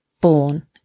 born